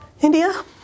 India